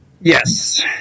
Yes